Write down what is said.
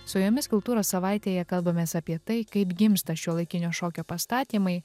su jumis kultūros savaitėje kalbamės apie tai kaip gimsta šiuolaikinio šokio pastatymai